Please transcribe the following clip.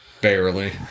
barely